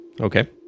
Okay